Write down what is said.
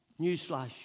Newsflash